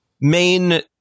main